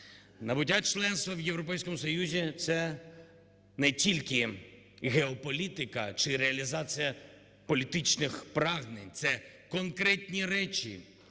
Набуття членства в Європейському Союзі – це не тільки геополітика чи реалізація політичних прагнень, це конкретні речі,